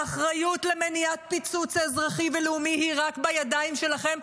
האחריות למניעת פיצוץ אזרחי ולאומי היא רק בידיים שלכם,